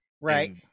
Right